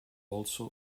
also